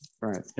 right